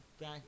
back